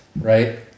right